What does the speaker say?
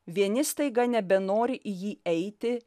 vieni staiga nebenori į jį eiti